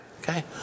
Okay